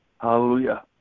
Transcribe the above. Hallelujah